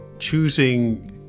choosing